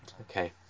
Okay